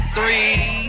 three